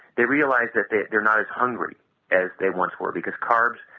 they realized that they they are not as hungry as they once were because carbs,